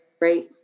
right